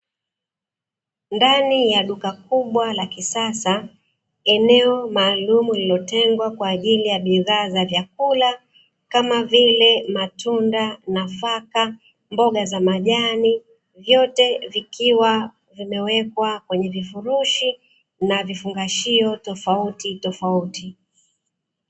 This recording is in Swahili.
Ndani ya duka kubwa la kisasa, eneo maalumu lililotengwa kwa ajili ya bidhaa za vyakula kama vile matunda, nafaka, mboga za majani vyote vikiwa vimewekwa kwenye vifurushi na vifungashio tofauti tofauti.